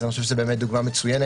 אז אני חושב שזו באמת דוגמה מצוינת,